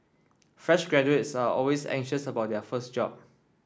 fresh graduates are always anxious about their first job